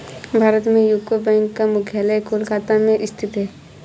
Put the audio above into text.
भारत में यूको बैंक का मुख्यालय कोलकाता में स्थित है